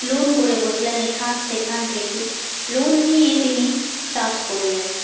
loan করে বসলেন এখান সেখান থেকে লোন নিয়ে তিনি চাষ করলেন